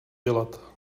dělat